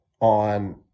on